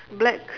black